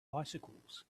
bicycles